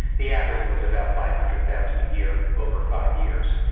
the average was about five hundred thousand a year over five years.